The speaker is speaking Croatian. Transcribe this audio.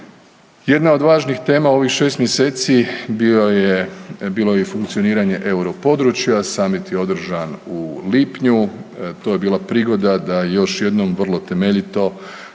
Jedna od važnijih tema u ovih 6 mjeseci bio je, bilo je i funkcioniranje europodručja, summit je održan u lipnju. To je bila prigoda da još jednom, vrlo temeljito